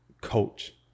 coach